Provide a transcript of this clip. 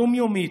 יום-יומית,